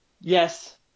Yes